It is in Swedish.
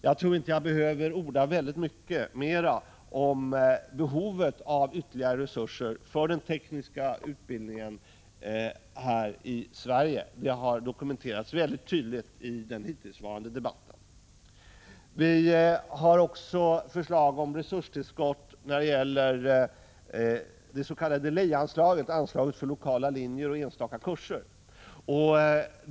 Jag tror inte jag behöver orda mycket mera om behovet av ytterligare resurser för den tekniska utbildningen i Sverige. Det har dokumenterats mycket tydligt i den hittillsvarande debatten. Vi har också förslag om resurstillskott när det gäller anslaget för lokala linjer och enstaka kurser.